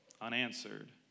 unanswered